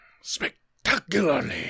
Spectacularly